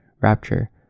rapture